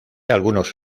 algunos